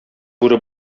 бүре